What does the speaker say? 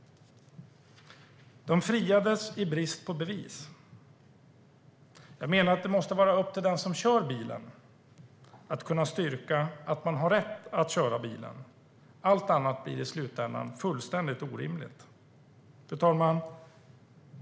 De friades i brist på bevis. Jag menar att det måste vara upp till den som kör bilen att kunna styrka att man har rätt att köra bilen. Allt annat blir i slutändan fullständigt orimligt. Fru talman!